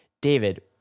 David